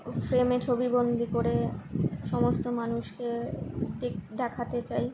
ফ্রেমে ছবি বন্দী করে সমস্ত মানুষকে দেখ দেখাতে চাই